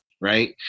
right